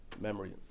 memory